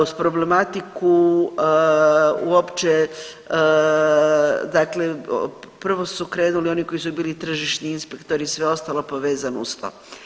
Uz problematiku uopće, dakle prvo su krenuli oni koji su bili tržišni inspektori, sve ostalo povezano uz to.